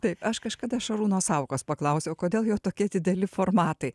taip aš kažkada šarūno saukos paklausiau kodėl jo tokie dideli formatai